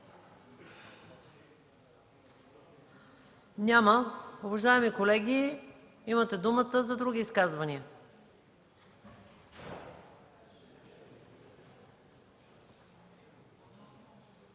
Няма. Уважаеми колеги, имате думата за изказвания.